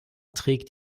trägt